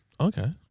Okay